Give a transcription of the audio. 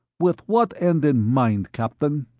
with what end in mind, captain?